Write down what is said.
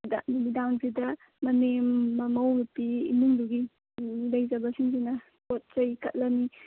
ꯁꯤꯗ ꯅꯨꯃꯤꯗꯪꯁꯤꯗ ꯃꯅꯦꯝ ꯃꯃꯧꯅꯨꯄꯤ ꯏꯃꯨꯡꯗꯨꯒꯤ ꯂꯩꯖꯕꯁꯤꯡꯁꯤꯅ ꯄꯣꯠ ꯆꯩ ꯀꯠꯂꯅꯤ